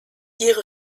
ihre